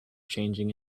changing